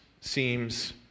seems